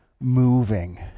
moving